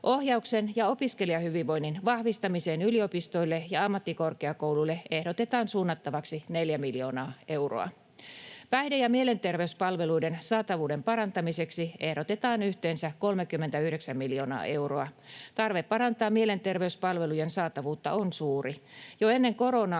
Ohjauksen ja opiskelijahyvinvoinnin vahvistamiseen yliopistoille ja ammattikorkeakouluille ehdotetaan suunnattavaksi 4 miljoonaa euroa. Päihde- ja mielenterveyspalveluiden saatavuuden parantamiseksi ehdotetaan yhteensä 39 miljoonaa euroa. Tarve parantaa mielenterveyspalveluiden saatavuutta on suuri.